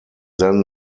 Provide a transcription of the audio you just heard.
then